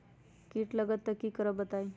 कीट लगत त क करब बताई?